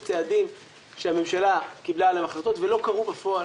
יש צעדים שהממשלה קיבלה עליהם החלטות ולא קרו בפועל.